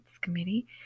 committee